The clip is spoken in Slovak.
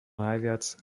najviac